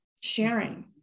sharing